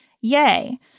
Yay